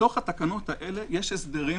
בתוך התקנות האלה יש הסדרים,